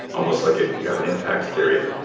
almost like you have an impact theory